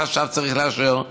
והחשב צריך לאשר,